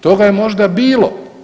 Toga je možda bilo.